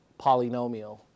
polynomial